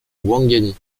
ouangani